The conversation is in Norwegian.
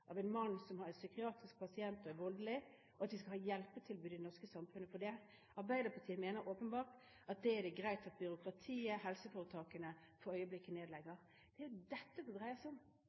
av en mann som er psykiatrisk pasient og voldelig. Vi skal ha et slikt hjelpetilbud i det norske samfunnet, men Arbeiderpartiet mener åpenbart at det er greit at byråkratiet og helseforetakene for øyeblikket nedlegger det. Det er dette det dreier seg om.